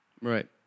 Right